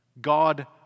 God